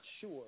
sure